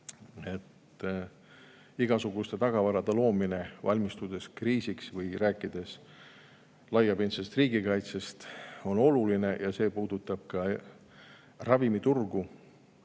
et igasuguste tagavarade loomine, valmistudes kriisiks või rääkides laiapindsest riigikaitsest, on oluline ja see puudutab ka ravimiturgu,